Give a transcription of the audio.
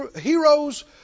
heroes